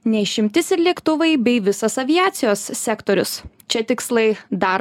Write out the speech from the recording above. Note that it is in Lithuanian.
ne išimtis ir lėktuvai bei visas aviacijos sektorius čia tikslai dar